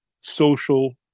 social